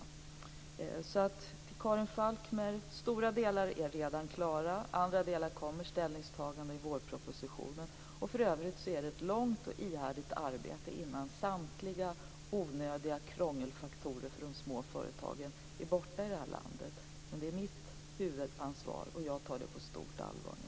Till Karin Falkmer kan jag alltså säga att stora delar redan är klara och att om andra delar kommer ställningstaganden i vårpropositionen. För övrigt är det ett långt och ihärdigt arbete innan samtliga onödiga krångelfaktorer för de små företagen är borta i det här landet, men det är mitt huvudansvar, och jag tar det på stort allvar nu.